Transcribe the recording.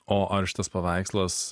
o ar šitas paveikslas